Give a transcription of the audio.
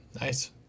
nice